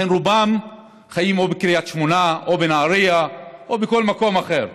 לכן רובם חיים בקריית שמונה או בנהריה או בכל מקום אחר.